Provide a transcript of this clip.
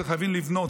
צריך לבנות.